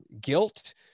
guilt